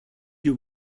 you